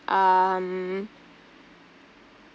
um